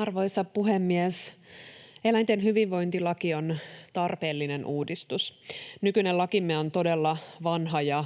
Arvoisa puhemies! Eläinten hyvinvointilaki on tarpeellinen uudistus. Nykyinen lakimme on todella vanha ja